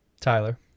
Tyler